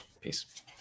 peace